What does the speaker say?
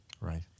Right